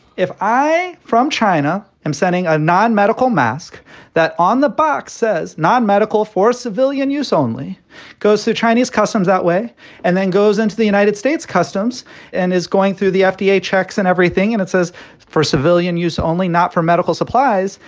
if i from china, i'm sending a non medical mask that on the box says nonmedical for civilian use only goes to chinese customs that way and then goes into the united states customs and is going through the fda checks and everything. and it says for civilian use only, not for medical supplies.